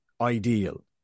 ideal